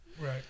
right